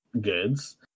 goods